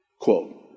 Quote